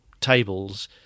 tables